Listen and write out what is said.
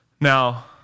Now